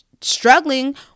struggling